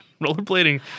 Rollerblading